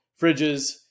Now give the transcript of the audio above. fridges